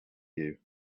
you